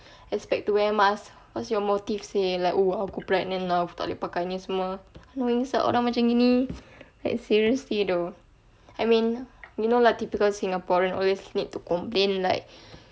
expect to wear mask what's your motive seh like oh aku pregnant aku tak boleh pakai ni semua annoying seh orang macam gini like seriously though I mean you know lah typical singaporean always need to complain like